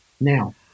Now